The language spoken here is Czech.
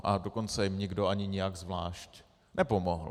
A dokonce jim nikdo ani nijak zvlášť nepomohl.